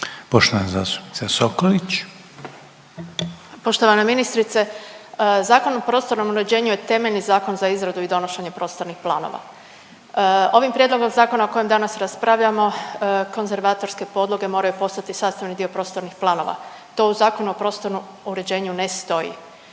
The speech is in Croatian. **Sokolić, Tanja (SDP)** Poštovana ministrice, Zakon o prostornom uređenju je temeljni zakon za izradu i donošenje prostornih planova. Ovim prijedlogom zakona o kojem danas raspravljamo konzervatorske podloge moraju postati sastavni dio prostornih planova. To u Zakonu o prostornom uređenju ne stoji.